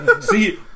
See